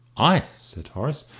i? said horace,